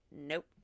nope